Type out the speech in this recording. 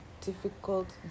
difficult